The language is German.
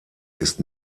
ist